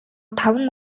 таван